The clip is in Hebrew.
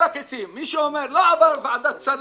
מי שאומר שזה לא עבר ועדת שרים,